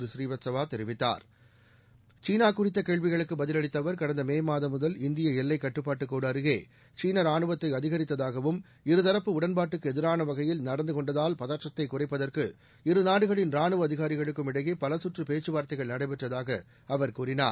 புரீவத்சவா தெரிவித்தார் சீனா குறித்த கேள்விக்குப் பதிலளித்த அவர் கடந்த மே மாதம் முதல் இந்திய எல்லைக் கட்டுப்பாடு கோடு அருகே சீனா ரானுவத்தை அதிகரித்தாகவும் இரு தரப்பு உடன்பாட்டுக்கு எதிரான வகையில் நடந்து கொண்டதால் பதற்றத்தைக் குறைப்பதற்கு இரு நாடுகளின் ரானுவ அதிகாரிகளுக்கும இடையே் பல கற்றுப் பேச்சு வார்த்தைகள் நடைபெற்றதாக அவர் கூறினார்